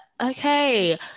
okay